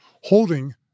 holding